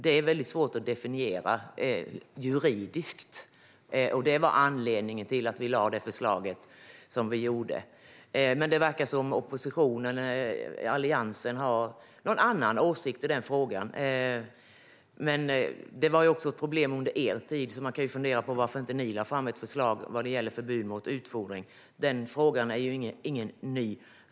Det är väldigt svårt att definiera det juridiskt sett, vilket var anledningen till att vi lade fram det förslag som vi gjorde. Det verkar som om oppositionen - Alliansen - har en annan åsikt i frågan. Det här var ett problem även under er tid, och man kan fundera över varför ni inte lade fram ett förslag när det gäller förbud mot utfodring. Frågan är ju inte ny.